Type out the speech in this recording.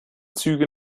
züge